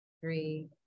three